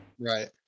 Right